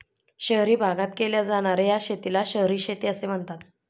शहरी भागात केल्या जाणार्या शेतीला शहरी शेती असे म्हणतात